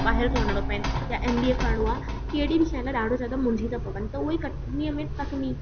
ॿाहिरि थो वञिणो पइनि या एमबीए करिणो आहे कहिड़ी बि शइ में ॾाढो जॻहि मुंझी था पवनि त उहे ई कटनीअ में तकनीक